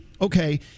okay